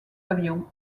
avion